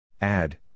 Add